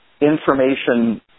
information